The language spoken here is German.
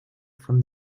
von